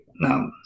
Now